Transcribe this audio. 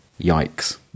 Yikes